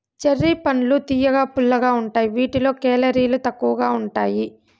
cherry పండ్లు తియ్యగా, పుల్లగా ఉంటాయి వీటిలో కేలరీలు తక్కువగా ఉంటాయి